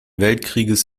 weltkrieges